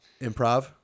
improv